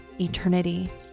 eternity